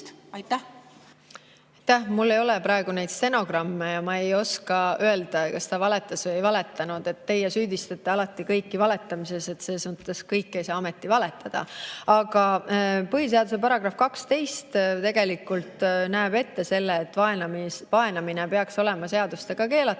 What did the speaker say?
Aitäh! Mul ei ole praegu neid stenogramme ja ma ei oska öelda, kas ta valetas või ei valetanud. Teie süüdistate alati kõiki valetamises, aga ega siis kõik ei saa ometi valetada. Põhiseaduse § 12 näeb ette, et vaenamine peaks olema seadusega keelatud.